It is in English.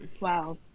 Wow